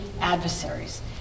adversaries